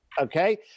Okay